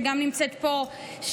שגם נמצאת פה,